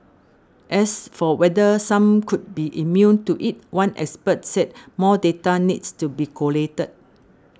as for whether some could be immune to it one expert said more data needs to be collated